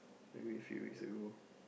maybe few weeks ago